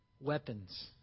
Weapons